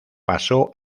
pasó